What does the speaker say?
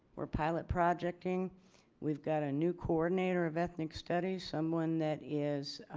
we're pilot projecting we've got a new coordinator of ethnic studies someone that is